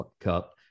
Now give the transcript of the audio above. Cup